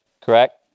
correct